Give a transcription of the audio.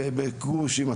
זה גרושים,